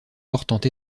portant